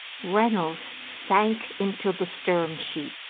reynolds sank into the stem sheets.